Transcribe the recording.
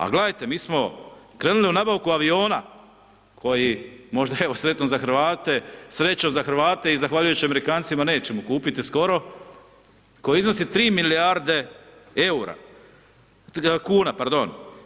Ali gledajte, mi smo krenuli u nabavku aviona koji je možda sretan za Hrvate, sreća za Hrvate i zahvaljujući Amerikancima, nećemo kupiti skoro, koji iznosi 3 milijarde eura, kuna, pardon.